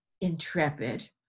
intrepid